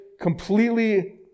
completely